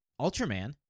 Ultraman